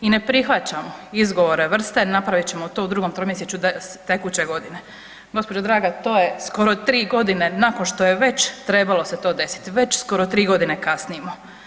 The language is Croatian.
I ne prihvaćamo izgovore vrste, napravit ćemo to u drugom tromjesečju tekuće godine, gospođo draga to je skoro tri godine nakon što je već trebalo se to desiti, već skoro tri godine kasnimo.